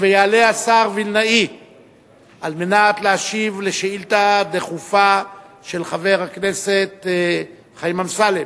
יעלה השר וילנאי כדי להשיב על שאילתא דחופה של חבר הכנסת חיים אמסלם.